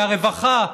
מהרווחה,